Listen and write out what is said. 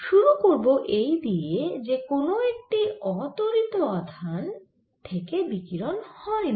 শুরু করব এই দিয়ে যে কেন একটি অত্বরিত আধান থেকে বিকিরণ হয়না